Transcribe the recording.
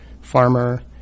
farmer